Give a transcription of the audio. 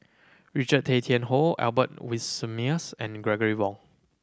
Richard Tay Tian Hoe Albert Winsemius and Gregory Wong